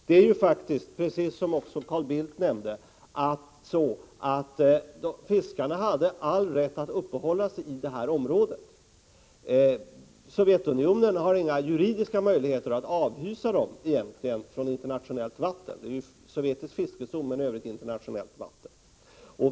Fiskarna hade, precis som Carl Bildt nämnde, all rätt att uppehålla sig i detta område. Sovjetunionen har egentligen inga juridiska möjligheter att avhysa dem från internationellt vatten — det är en sovjetisk fiskezon men i övrigt internationellt vatten.